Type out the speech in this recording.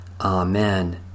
Amen